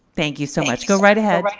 thank you so much. go right ahead.